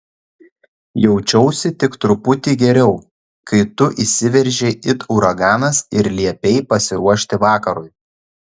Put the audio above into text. jaučiausi tik truputį geriau kai tu įsiveržei it uraganas ir liepei pasiruošti vakarui